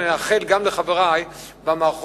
אני מאחל גם לחברי במערכות